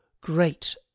great